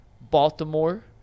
Baltimore